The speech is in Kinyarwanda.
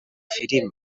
film